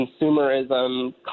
consumerism